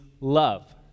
love